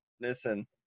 listen